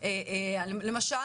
כמו